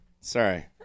Sorry